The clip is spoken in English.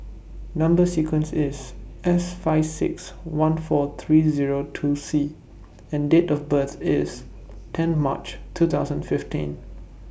Number sequence IS S five six one four three Zero two C and Date of birth IS tenth March two thousand fifteen